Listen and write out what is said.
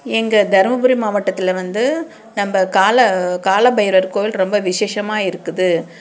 எங்கள் தருமபுரி மாவட்டத்தில் வந்து நம்ப கால கால பைரவர் கோவில் ரொம்ப விசேஷமாக இருக்குது